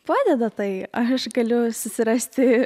padeda tai aš galiu susirasti